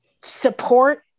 support